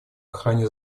охране